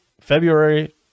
February